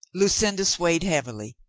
lucinda swayed heavily,